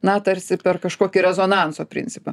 na tarsi per kažkokį rezonanso principą